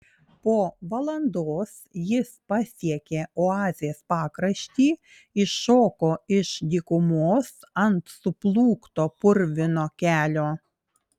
po valandos jis pasiekė oazės pakraštį iššoko iš dykumos ant suplūkto purvino kelio